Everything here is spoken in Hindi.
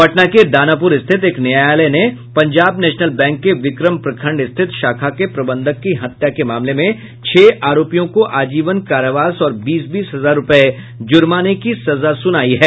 पटना के दानापुर स्थित एक न्यायालय ने पंजाब नेशनल बैंक के विक्रम प्रखंड स्थित शाखा के प्रबंधक की हत्या के मामले में छह आरोपियों को आजीवन कारावास और बीस बीस हजार रूपये जुर्माना की सजा सुनायी है